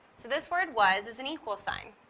so this word was is an equals sign.